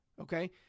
Okay